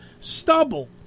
stubble